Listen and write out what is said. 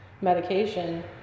medication